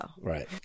Right